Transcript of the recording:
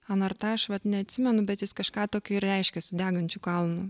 anartaš vat neatsimenu bet jis kažką tokio ir reiškiasi degančiu kalnu